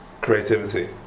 Creativity